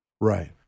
Right